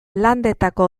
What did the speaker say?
landetako